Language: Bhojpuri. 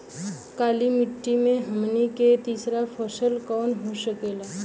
काली मिट्टी में हमनी के तीसरा फसल कवन हो सकेला?